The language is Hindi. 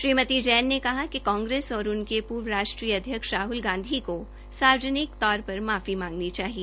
श्रीमती जैन ने कहा कि कांग्रेस और उनके पूर्व राष्ट्रीय अध्यक्ष राहुल गांधी को सार्वजनिक माफी मांगनी चाहिए